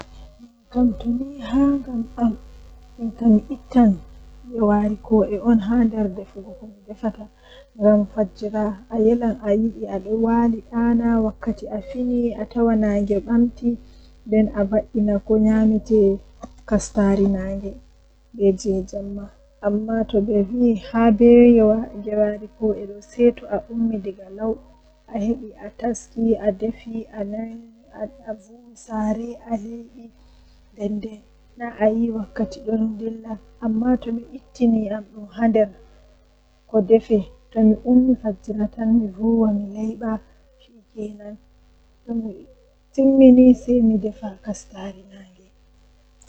Mi heban babal on jei wawata jogugo dereji man nden mi tabbitini babal man jogan dereji man sei mi tokka hoosugo gootel be gootel midon geeredi mi fuddiran be teddudi haa less nden teddaaka manbo misiga dum haa dow.